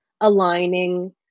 aligning